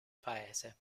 paese